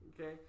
Okay